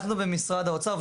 אנחנו במשרד האוצר,